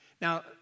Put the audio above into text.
now